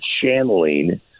channeling